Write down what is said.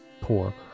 poor